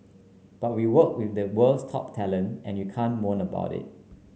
but we work with the world's top talent and you can't moan about it